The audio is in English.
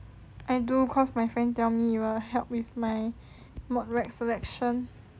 I do cause my friend tell me will help with my ModReg selection